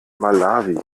malawi